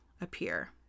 appear